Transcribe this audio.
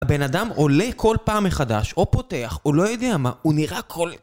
הבן אדם עולה כל פעם מחדש, או פותח, או לא יודע מה, הוא נראה כל...